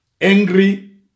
angry